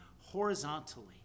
horizontally